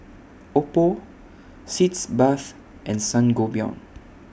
Oppo Sitz Bath and Sangobion